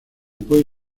puede